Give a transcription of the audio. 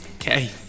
Okay